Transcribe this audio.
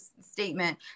statement